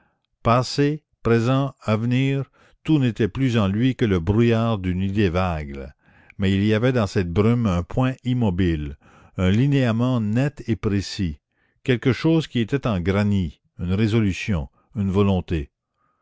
passé présent avenir tout n'était plus en lui que le brouillard d'une idée vague mais il y avait dans cette brume un point immobile un linéament net et précis quelque chose qui était en granit une résolution une volonté